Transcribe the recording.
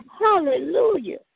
Hallelujah